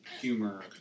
humor